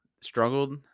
struggled